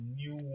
new